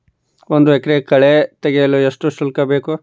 ಒಂದು ಎಕರೆ ಕಳೆ ತೆಗೆಸಲು ಎಷ್ಟು ಶುಲ್ಕ ಬೇಕು?